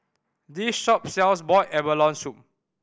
this shop sells boiled abalone soup